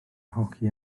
hoci